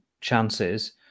chances